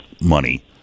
money